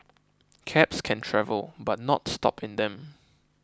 cabs can travel but not stop in them